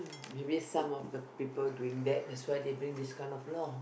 maybe some of the people doing that that's why they bring this kind of law